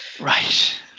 Right